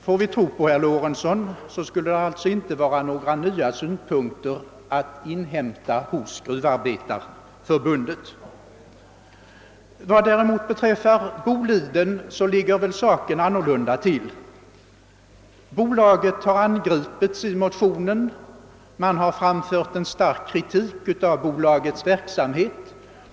Får vi tro herr Lorentzon skulle det alltså inte finnas några nya synpunkter att inhämta hos Gruvindustriarbetareförbundet. Vad däremot beträffar Bolidenbola Set ligger saken annorlunda till. Bola Set har ju angripits i motionen; man har där framfört skarp kritik mot bola Sets verksamhet.